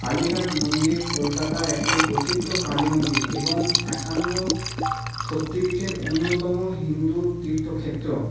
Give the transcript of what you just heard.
কালীঘাট মন্দির কলকাতার একটি প্রসিদ্ধ কালী মন্দির এবং একান্ন শক্তিপীঠের অন্যতম হিন্দু তীর্থক্ষেত্র